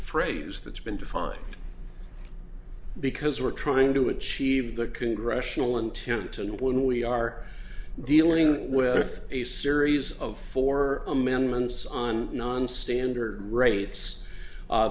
phrase that's been defined because we're trying to achieve the congressional intent and when we are dealing with a series of four amendments on nonstandard rates